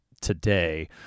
today